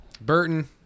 Burton